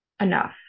enough